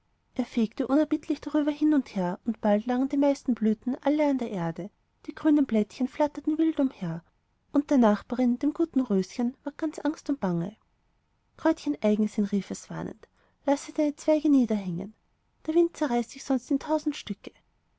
er fegte unerbittlich drüber hin und her und bald lagen die meisten blüten alle an der erde die grünen blättchen flatterten wild umher und der nachbarin dem guten röschen ward ganz angst und bange kräutchen eigensinn rief es warnend lasse deine zweige niederhängen der wind zerreißt dich sonst in tausend stücke